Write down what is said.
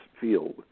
field